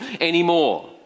anymore